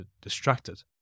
distracted